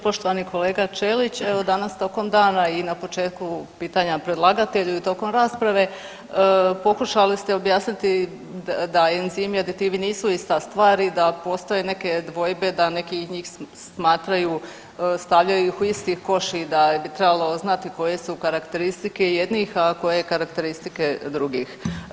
Poštovani kolega Ćelić, evo danas tokom dana i na početku pitanja predlagatelju i tokom rasprave pokušali ste objasniti da enzimi i aditivi nisu ista stvar i da postoje neke dvojbe da neki njih smatraju, stavljaju ih u isti koš i da bi trebalo znati koje su karakteristike jednih, a koje karakteristike drugih.